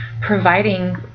providing